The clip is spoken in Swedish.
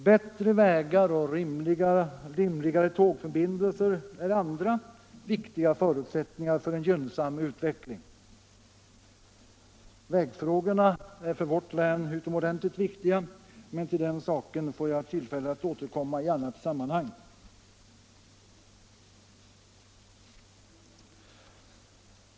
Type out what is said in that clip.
Bättre vägar och rimligare tågförbindelser är andra viktiga förutsättningar för en gynnsam utveckling. Vägfrågorna är för vårt län utomordentligt viktiga, men till dem får jag återkomma i ett annat sammanhang.